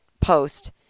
post